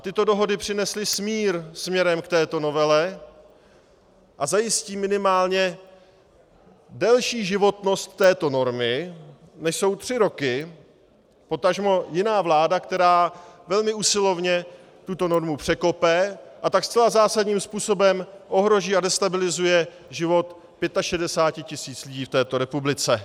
Tyto dohody přinesly smír směrem k této novele a zajistí minimálně delší životnost této normy, než jsou tři roky, potažmo jiná vláda, která velmi usilovně tuto normu překope, a tak zcela zásadním způsobem ohrozí a destabilizuje život 65 tisíc lidí v této republice.